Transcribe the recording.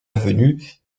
avenue